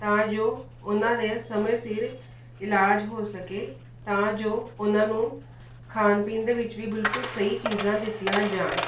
ਤਾਂ ਜੋ ਉਹਨਾਂ ਦਾ ਸਮੇਂ ਸਿਰ ਇਲਾਜ ਹੋ ਸਕੇ ਤਾਂ ਜੋ ਉਹਨਾਂ ਨੂੰ ਖਾਣ ਪੀਣ ਦੇ ਵਿੱਚ ਵੀ ਬਿਲਕੁਲ ਸਹੀ ਚੀਜ਼ਾਂ ਦਿੱਤੀਆਂ ਜਾਣ